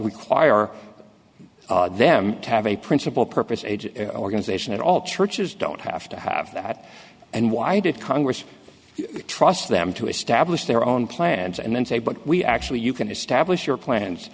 require them to have a principal purpose organisation at all churches don't have to have that and why did congress trust them to establish their own plans and then say but we actually you can establish your plans